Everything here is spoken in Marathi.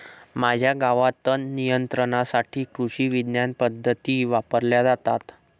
माझ्या गावात तणनियंत्रणासाठी कृषिविज्ञान पद्धती वापरल्या जातात